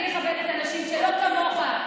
אני אכבד את הנשים, שלא כמוך.